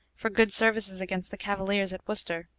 for good services against the cavaliers at worcester.